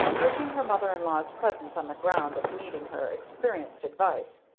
urging her mother-in-law's presence on the ground of needing her experienced advice,